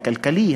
הכלכלי,